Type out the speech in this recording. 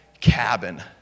cabin